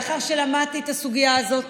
לאחר שלמדתי את הסוגיה הזאת,